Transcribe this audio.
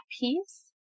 piece